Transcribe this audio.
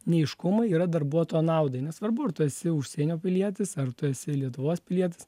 neaiškumai yra darbuotojo naudai nesvarbu ar tu esi užsienio pilietis ar tu esi lietuvos pilietis